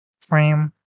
frame